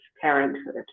parenthood